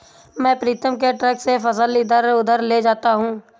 मैं प्रीतम के ट्रक से फसल इधर उधर ले जाता हूं